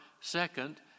second